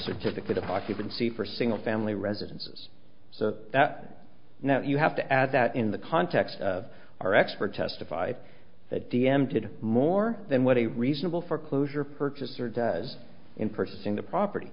certificate of occupancy for single family residences so that now you have to add that in the context of our expert testified that d m did more than what a reasonable foreclosure purchaser does in pursuing the property